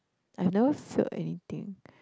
I've never failed anything